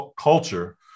culture